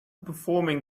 performing